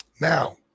Now